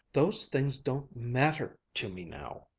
those things don't matter to me now.